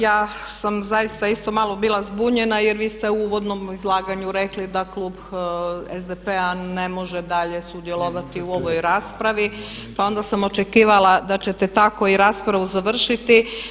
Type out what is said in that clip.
Ja sam zaista isto malo bila zbunjena, jer vi ste u uvodnom izlaganju rekli da klub SDP-a ne može dalje sudjelovati u ovoj raspravi, pa onda sam očekivala da ćete tako i raspravu završiti.